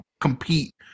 compete